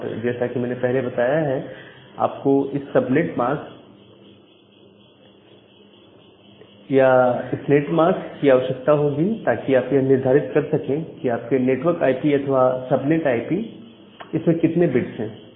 और जैसा कि मैंने पहले बताया है आपको इस नेटमास्क या सबनेट मास्क की आवश्यकता होगी ताकि आप यह निर्धारित कर सकें कि आपके नेटवर्क आईपी अथवा सब नेट आईपी इसमें कितने बिट्स हैं